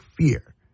fear